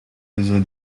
besoin